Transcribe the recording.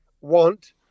want